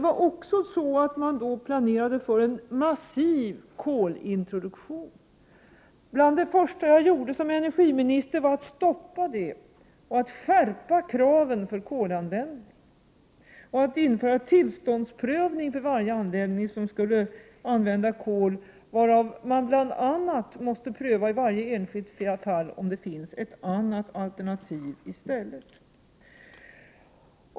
Man planerade då också för en massiv kolintroduktion. Bland det första jag gjorde som energiminister var att stoppa de planerna, att skärpa kraven för kolanvändning och att införa tillståndsprövning för varje anläggning som skulle använda kol, varvid man bl.a. måste pröva i varje enskilt fall om det finns ett annat alternativ i stället.